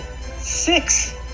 six